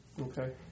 Okay